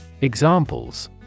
Examples